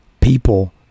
people